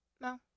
No